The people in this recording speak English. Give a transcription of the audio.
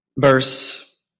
verse